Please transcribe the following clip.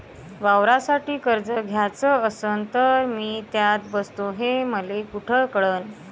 वावरासाठी कर्ज घ्याचं असन तर मी त्यात बसतो हे मले कुठ कळन?